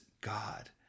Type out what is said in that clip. God